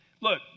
Look